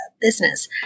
business